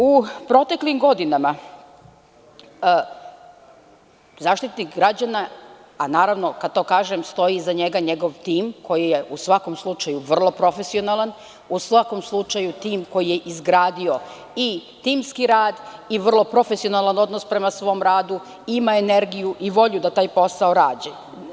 U proteklim godinama, Zaštitnik građana, a naravno, kada to kažem, stoji iza njega njegov tim koji je vrloprofesionalan, tim koji je izgradio i timski rad i vrlo profesionalan odnos u svom radu, ima energiju i volju da taj posao radi.